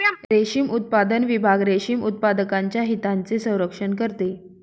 रेशीम उत्पादन विभाग रेशीम उत्पादकांच्या हितांचे संरक्षण करते